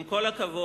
עם כל הכבוד,